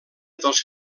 dels